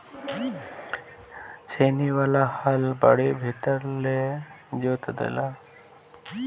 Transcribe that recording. छेनी वाला हल बड़ी भीतर ले जोत देला